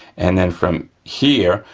and then from here,